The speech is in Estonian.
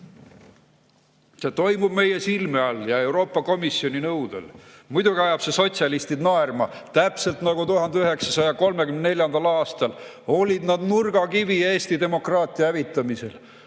See toimub meie silme all ja Euroopa Komisjoni nõudel. Muidugi ajab see sotsialistid naerma, täpselt nagu 1934. aastal olid nad nurgakivi Eesti demokraatia hävitamisel.